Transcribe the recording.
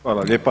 Hvala lijepa.